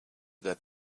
that